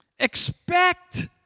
Expect